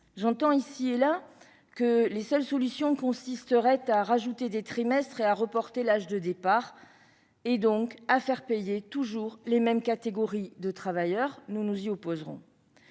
J'entends ici et là que les seules solutions consisteraient à ajouter des trimestres et à reporter l'âge de départ, et donc à faire toujours payer les mêmes catégories de travailleurs : nous nous y opposerons.